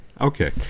Okay